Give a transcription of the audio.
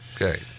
Okay